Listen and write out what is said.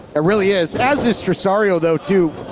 ah really is, as is tresario, though, too.